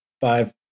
five